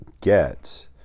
get